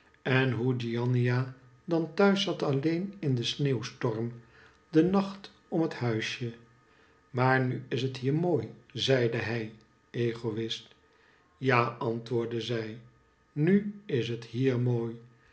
en hoe giannina dan thuis zat alleen in den sneeuwstorm de nacht om het huisje maar nu is het hier mooi zeide hij egoist ja antwoordde zij nu is het hier mooi